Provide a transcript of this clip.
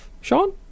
Sean